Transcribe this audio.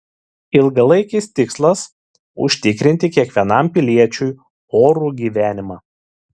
ilgalaikis tikslas užtikrinti kiekvienam piliečiui orų gyvenimą